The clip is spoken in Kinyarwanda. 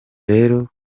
rero